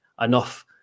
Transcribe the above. enough